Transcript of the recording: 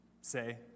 say